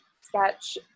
sketch